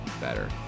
better